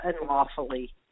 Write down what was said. unlawfully